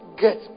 get